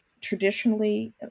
Traditionally